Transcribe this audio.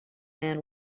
man